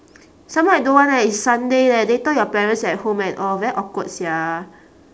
some more I don't want eh it's sunday leh later your parents at home and all very awkward sia